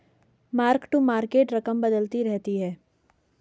mark to market रकम बदलती रहती है